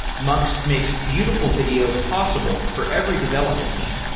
mux makes beautiful video possible for every development team.